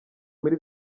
muri